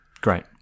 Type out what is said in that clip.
Great